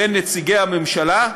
בין נציגי הממשלה,